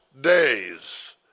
days